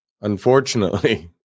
unfortunately